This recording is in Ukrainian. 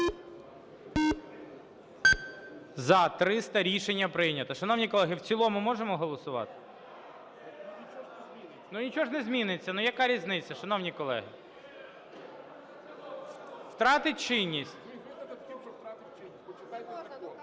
За-300 Рішення прийнято. Шановні колеги, в цілому можемо голосувати? Нічого ж не зміниться, яка різниця, шановні колеги? Втратив чинність.